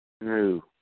No